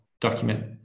document